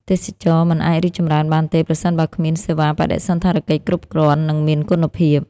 ទេសចរណ៍មិនអាចរីកចម្រើនបានទេ ប្រសិនបើគ្មានសេវាបដិសណ្ឋារកិច្ចគ្រប់គ្រាន់ និងមានគុណភាព។